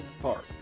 park